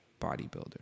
bodybuilder